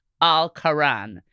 al-Quran